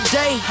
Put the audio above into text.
day